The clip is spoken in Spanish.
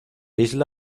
isla